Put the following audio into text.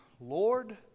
Lord